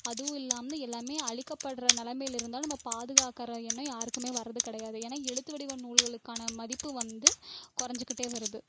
அதுவும் இல்லாமல் எல்லாமே அழிக்கப்படுற நிலமல இருந்தாலும் நம்ம பாதுகாக்கிற எண்ணம் யாருக்குமே வரது கிடையாது ஏன்னால் எழுத்து வடிவம் நூல்களுக்கான மதிப்பு வந்து குறைஞ்சிகிட்டே வருது